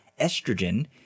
estrogen